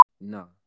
No